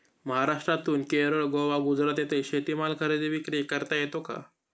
महाराष्ट्रातून केरळ, गोवा, गुजरात येथे शेतीमाल खरेदी विक्री करता येतो का?